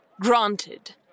granted